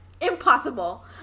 Impossible